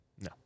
No